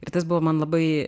ir tas buvo man labai